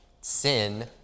sin